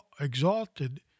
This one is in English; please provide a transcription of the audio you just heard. exalted